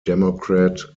democrat